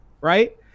right